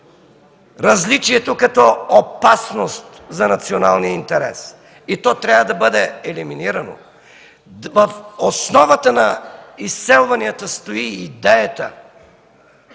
различието като опасност за националния интерес! И то трябва да бъде елиминирано. В основата на изселванията стои идеята,